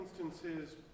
instances